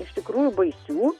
iš tikrųjų baisių